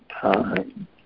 time